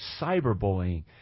cyberbullying